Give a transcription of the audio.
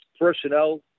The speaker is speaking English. personnel